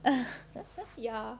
ya